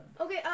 Okay